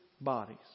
bodies